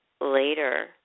later